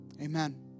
Amen